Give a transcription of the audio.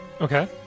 okay